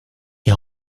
die